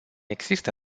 există